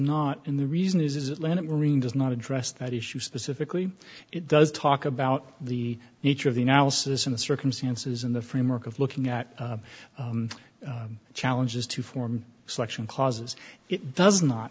not in the reason is atlanta ring does not address that issue specifically it does talk about the nature of the analysis in the circumstances in the framework of looking at challenges to form selection causes it does not